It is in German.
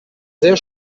sehr